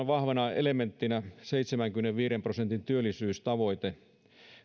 vahvana elementtinä seitsemänkymmenenviiden prosentin työllisyystavoite